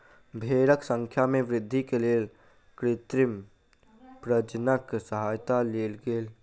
भेड़क संख्या में वृद्धि के लेल कृत्रिम प्रजननक सहयता लेल गेल